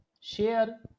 share